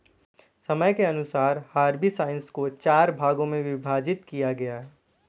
समय के अनुसार हर्बिसाइड्स को चार भागों मे विभाजित किया है